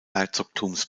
herzogtums